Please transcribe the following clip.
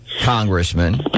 congressman